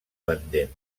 pendent